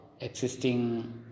existing